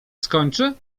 skończy